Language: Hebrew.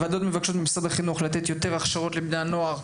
הוועדות מבקשות ממשרד החינוך לתת יותר הכשרות לבני הנוער,